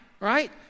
right